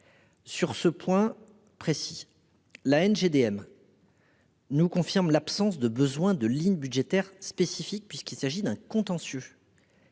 Sur ce point précis, l'ANGDM nous confirme l'absence de besoin de ligne budgétaire spécifique, puisqu'un contentieux